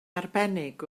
arbennig